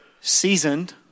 seasoned